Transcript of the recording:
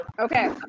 Okay